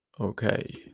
okay